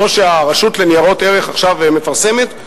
זאת שהרשות לניירות ערך עכשיו מפרסמת,